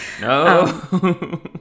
No